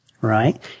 right